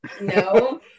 no